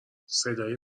صدای